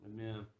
Amen